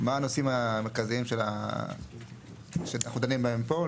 מה הנושאים המרכזיים שאנחנו דנים בהם פה?